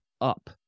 up